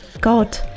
God